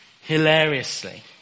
hilariously